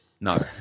No